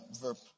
verb